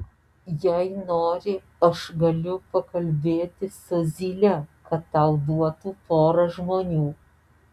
jei nori aš galiu pakalbėti su zyle kad tau duotų porą žmonių